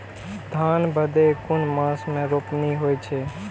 धान भदेय कुन मास में रोपनी होय छै?